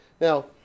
Now